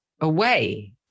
away